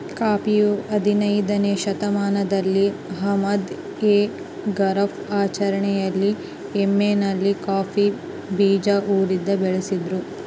ಕಾಫಿಯು ಹದಿನಯ್ದನೇ ಶತಮಾನದಲ್ಲಿ ಅಹ್ಮದ್ ಎ ಗಫರ್ ಆಚರಣೆಯಲ್ಲಿ ಯೆಮೆನ್ನಲ್ಲಿ ಕಾಫಿ ಬೀಜ ಉರಿದು ಬಳಸಿದ್ರು